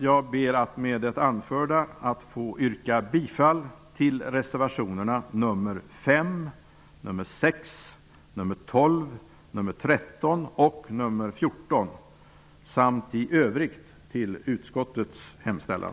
Jag ber att med det anförda få yrka bifall till reservationerna nr 5, nr 6, nr 12, nr 13 och nr 14, samt i övrigt till utskottets hemställan.